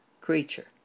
creature